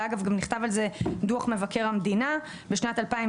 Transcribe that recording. ואגב גם נכתב על זה דוח מבקר המדינה בשנת 2022,